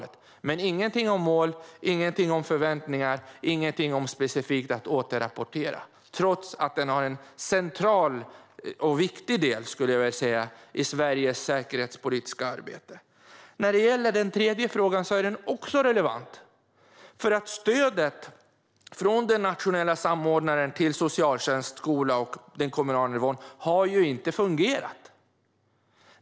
Men det stod ingenting om mål eller förväntningar och ingenting specifikt om att återrapportera, trots att detta har en central och viktig del i Sveriges säkerhetspolitiska arbete. Den tredje frågan är också relevant, för stödet från den nationella samordnaren till socialtjänst, skola och den kommunala nivån har ju inte fungerat.